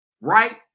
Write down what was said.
right